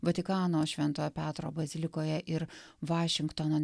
vatikano šventojo petro bazilikoje ir vašingtono